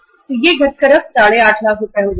तो अब यह घटकर 85 लाख रुपए हो जाएगा